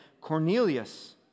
Cornelius